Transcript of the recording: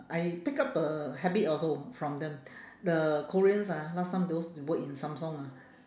I pick up the habit also from them the koreans ah last time those work in samsung ah